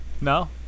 No